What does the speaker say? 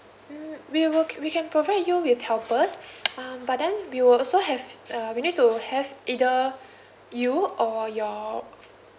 mm we will we can provide you with helpers um but then we will also have uh we need to have either you or your